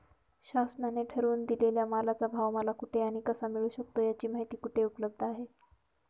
शासनाने ठरवून दिलेल्या मालाचा भाव मला कुठे आणि कसा मिळू शकतो? याची माहिती कुठे उपलब्ध आहे?